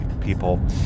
people